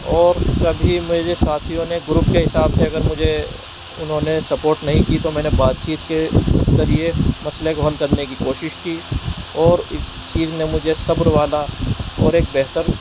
اور کبھی میرے ساتھیوں نے گروپ کے حساب سے اگر مجھے انہوں نے سپورٹ نہیں کی تو میں نے بات چیت کے ذریعے مسئلے کو حل کرنے کی کوشش کی اور اس چیز نے مجھے صبر والا اور ایک بہتر